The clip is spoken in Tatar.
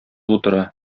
утыра